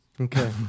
Okay